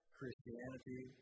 Christianity